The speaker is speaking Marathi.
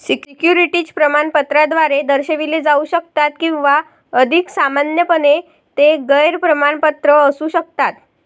सिक्युरिटीज प्रमाणपत्राद्वारे दर्शविले जाऊ शकतात किंवा अधिक सामान्यपणे, ते गैर प्रमाणपत्र असू शकतात